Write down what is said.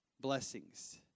blessings